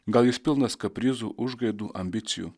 gal jis pilnas kaprizų užgaidų ambicijų